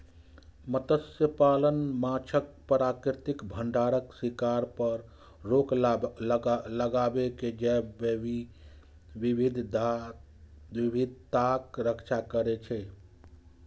मत्स्यपालन माछक प्राकृतिक भंडारक शिकार पर रोक लगाके जैव विविधताक रक्षा करै छै